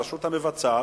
הרשות המבצעת,